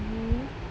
mmhmm